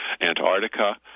antarctica